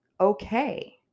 okay